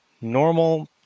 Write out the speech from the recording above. normal